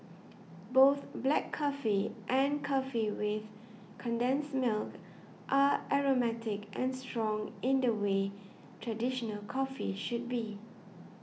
both black coffee and coffee with condensed milk are aromatic and strong in the way traditional coffee should be